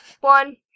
one